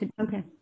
Okay